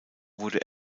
wurde